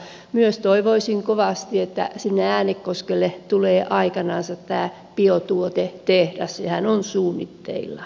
myös toivoisin kovasti että sinne äänekoskelle tulee aikanansa tämä biotuotetehdas sehän on suunnitteilla